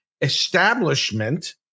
establishment